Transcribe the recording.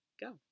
go